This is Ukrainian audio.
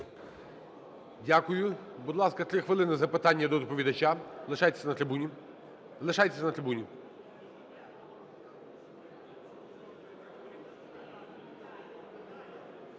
Дякую. Будь ласка, 3 хвилини запитання до доповідача, лишайтесь на трибуні.